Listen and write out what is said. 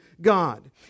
God